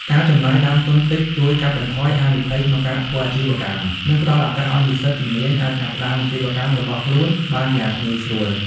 ការចំណាយដើមទុនតិចជួយកាត់បន្ថយហានិភ័យក្នុងការធ្វើអាជីវកម្ម និងផ្តល់ឱកាសឱ្យនិស្សិតជំនាញអាចចាប់ផ្តើមអាជីវកម្មរបស់ខ្លួនបានយ៉ាងងាយស្រួល។